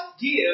give